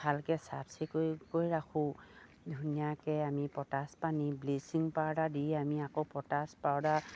ভালকে চাফ চিকুণ কৰি ৰাখোঁ ধুনীয়াকে আমি পটাচ পানী ব্লিচিং পাউডাৰ দি আমি আকৌ পটাচ পাউডাৰ